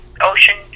Ocean